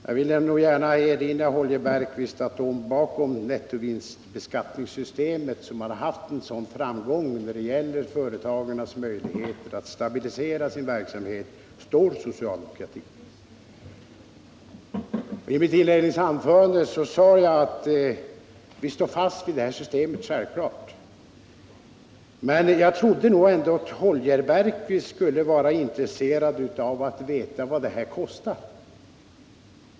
Jag vill gärna erinra Holger Bergqvist om att bakom nettovinstbeskattningssystemet, som haft en sådan framgång när det gäller företagens möjligheter att stabilisera sin verksamhet, står socialdemokratin. I mitt inledningsanförande sade jag att vi självfallet står fast vid detta system. Men jag trodde att Holger Bergqvist skulle vara intresserad av att veta vad detta kostar.